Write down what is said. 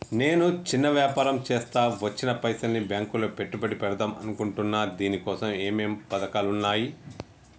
నేను చిన్న వ్యాపారం చేస్తా వచ్చిన పైసల్ని బ్యాంకులో పెట్టుబడి పెడదాం అనుకుంటున్నా దీనికోసం ఏమేం పథకాలు ఉన్నాయ్?